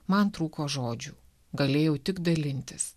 man trūko žodžių galėjau tik dalintis